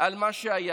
על מה שהיה